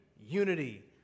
unity